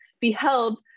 beheld